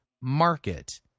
market